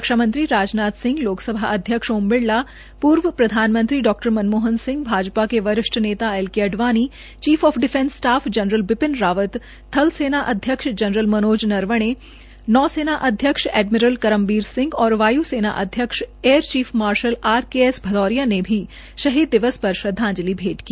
रक्षा मंत्रीराजनाथ सिंह लोकसभा अध्यक्ष ओम बिरला पूर्व प्रधानमंत्री डॉ मनमोहन सिंह भाजपा के वरिष्ठ नेता L K Advani chief of defence staff general Bipin Rawat थल सेना अध्यक्ष जनरल मनोज नरवणे नौ सेना अध्यक्ष एडमिरल करवीर सिंह और वाय् सेना अध्यक्ष air chief marshal R K S Bhadauria ने भी शहीद दिवस पर श्रद्वाजंलि भेंट की